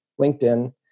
LinkedIn